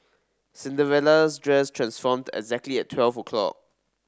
Cinderella's dress transformed exactly at twelve o'clock